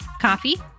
coffee